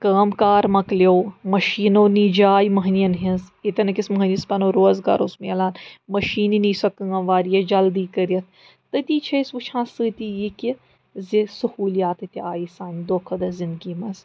کٲم کار مَۄکلیٛو مٔشیٖنو نی جاے مٔہنِیَن ہنٛز ییٚتیٚن أکِس مٔہنِیِس پَنُن روزگار اوس میلان مٔشیٖنہِ نی سۄ کٲم واریاہ جلدی کٔرِتھ تٔتی چھِ أسۍ وُچھان سۭتی یہِ کہِ زِ سُہوٗلیات تہِ آیہِ سانہِ دۄہ کھۄتہِ دۄہ زِنٛدگی منٛز